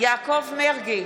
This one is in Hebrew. יעקב מרגי,